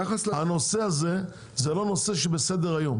הנושא הזה זה לא נושא שבסדר היום.